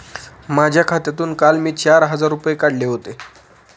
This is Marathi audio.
माझ्या खात्यातून काल मी चार हजार रुपये काढले होते